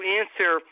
answer